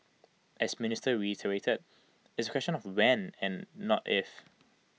as minister reiterated it's A question of when and not if